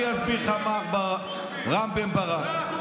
אני אסביר לך, מר רם בן ברק.